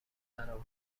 درآوردم